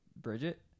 Bridget